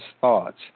thoughts